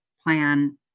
plan